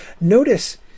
Notice